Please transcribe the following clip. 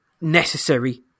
necessary